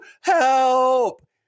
help